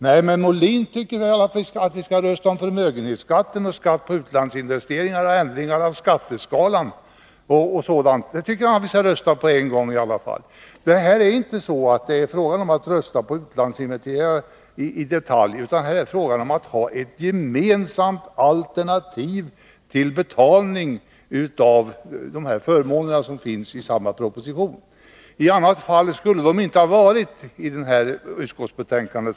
Men herr Molin tycks anse att vi i alla fall skall rösta om förmögenhetsskatten, skatt på utlandsinvesteringar och ändringar i skatteskalorna på samma gång. Detär inte fråga om att rösta på skatt på utlandsinvesteringar i detalj, utan här är det fråga om att ha ett gemensamt alternativ till betalning till de förmåner som föreslås i samma proposition. I annat fall skulle dessa inte ha behandlats i detta utskottsbetänkande.